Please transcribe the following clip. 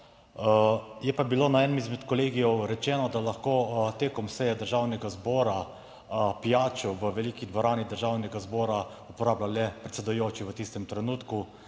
Je pa bilo na enem izmed kolegijev rečeno, da lahko tekom seje Državnega zbora pijačo v veliki dvorani Državnega zbora uporablja le predsedujoči v tistem trenutku